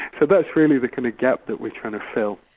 so that's really the kind of gap that we're trying to fill.